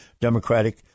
Democratic